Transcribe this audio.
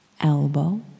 Elbow